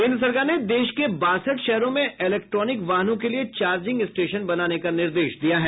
केन्द्र सरकार ने देश के बासठ शहरों में इलेक्ट्रॉनिक वाहनों के लिए चार्जिंग स्टेशन बनाने का निर्देश दिया है